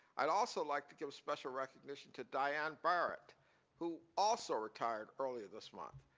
i'd also like to give special recognition to diane barrett who also retired earlier this month.